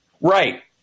Right